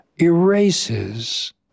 erases